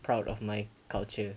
proud of my culture